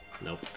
Nope